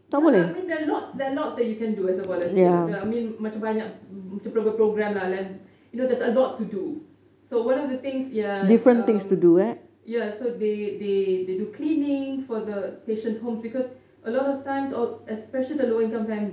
ya I mean there's lots there's lots that you can do as a volunteer the I mean macam banyak macam program program lah you know there's a lot to do so one of the things ya um ya so they they do cleaning for the patient's homes because a lot of times especially the lower income families